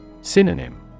Synonym